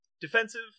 defensive